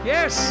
Yes